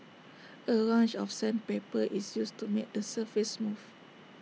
A range of sandpaper is used to make the surface smooth